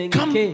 Come